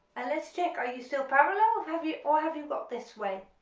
and let's check are you still parallel have you or have you got this way,